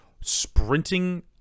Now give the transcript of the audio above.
sprinting